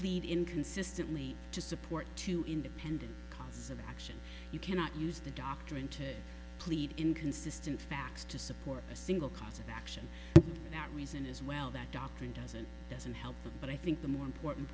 plead inconsistently to support to independent counsel action you cannot use the doctrine to plead inconsistent facts to support a single cause of action that reason is well that doctrine doesn't doesn't help that but i think the more important